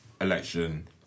election